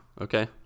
Okay